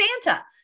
Santa